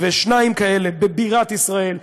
ושניים כאלה בבירת ישראל,